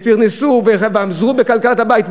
ופרנסו ועזרו בכלכלת הבית,